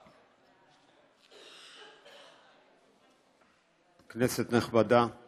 כנסת נכבדה,